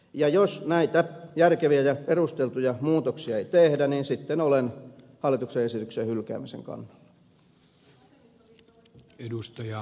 ja jos näitä järkeviä ja perusteltuja muutoksia ei tehdä niin sitten olen hallituksen esityksen hylkäämisen kannalla